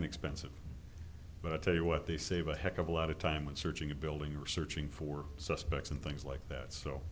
inexpensive but i tell you what they save a heck of a lot of time when searching a building or searching for suspects and things like that so